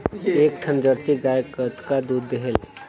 एक ठन जरसी गाय कतका दूध देहेल?